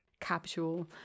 capsule